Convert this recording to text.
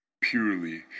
Purely